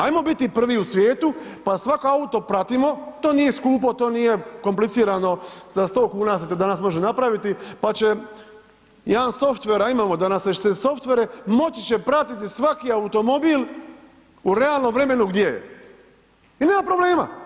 Ajmo biti prvi u svijetu pa svaki auto pratimo, to nije skupo, to nije komplicirano, za 100 kuna se to danas može napraviti pa će jedan software a imamo danas već sve software moći će pratiti svaki automobil u realnom vremenu gdje je i nema problema.